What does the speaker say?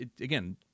again